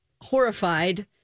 horrified